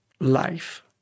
life